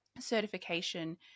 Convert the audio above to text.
certification